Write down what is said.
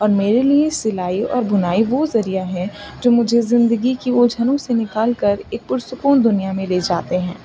اور میرے لیے سلائی اور بنائی وہ ذریعہ ہے جو مجھے زندگی کی الجھنوں سے نکال کر ایک پرسکون دنیا میں لے جاتے ہیں